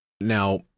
Now